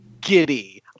giddy